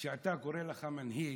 אתה קורא לך מנהיג,